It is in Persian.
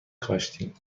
کاشتیم